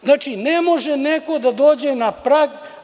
Znači, ne može neko da dođe na prag.